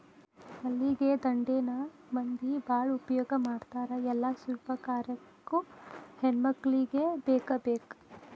ಮಲ್ಲಿಗೆ ದಂಡೆನ ಮಂದಿ ಬಾಳ ಉಪಯೋಗ ಮಾಡತಾರ ಎಲ್ಲಾ ಶುಭ ಕಾರ್ಯಕ್ಕು ಹೆಣ್ಮಕ್ಕಳಿಗೆ ಬೇಕಬೇಕ